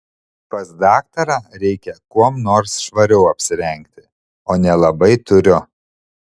pas daktarą reikia kuom nors švariau apsirengti o nelabai turiu